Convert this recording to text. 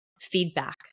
feedback